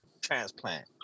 transplant